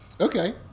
Okay